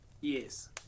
Yes